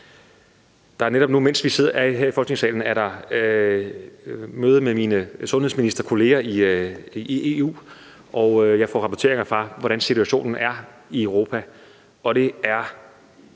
Der er netop nu, mens vi er her i Folketingssalen, møde mellem mine sundhedsministerkolleger i EU, og jeg får rapporteringer fra, hvordan situationen er i Europa, og det er